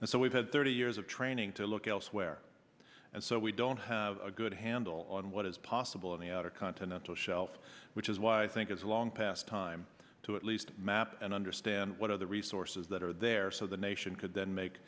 and so we've had thirty years of training to look elsewhere and so we don't have a good handle on what is possible in the outer continental shelf which is why i think it's long past time to at least map and understand what are the resources that are there so the nation could then make